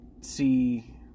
see